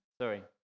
Sorry